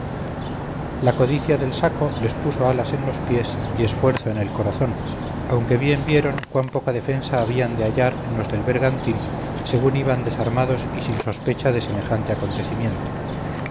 la codicia del saco les puso alas en los pies y esfuerzo en el corazón aunque bien vieron cuán poca defensa habían de hallar en los del bergantín según iban desarmados y sin sospecha de semejante acontecimiento